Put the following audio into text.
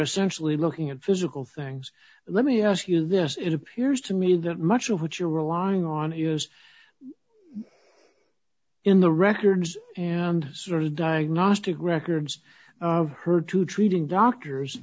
essentially looking at physical things let me ask you this it appears to me that much of what you're relying on is in the records and sort of diagnostic records of her to treating doctors